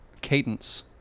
cadence